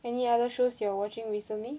any other shows you're watching recently